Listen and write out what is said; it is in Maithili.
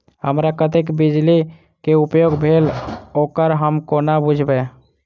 हमरा कत्तेक बिजली कऽ उपयोग भेल ओकर हम कोना बुझबै?